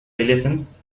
relations